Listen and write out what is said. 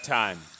time